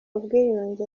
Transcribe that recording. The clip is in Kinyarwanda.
ubwiyunge